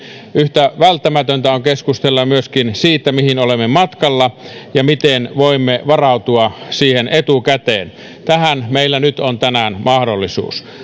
yhtä välttämätöntä on keskustella myöskin siitä mihin olemme matkalla ja miten voimme varautua siihen etukäteen tähän meillä nyt on tänään mahdollisuus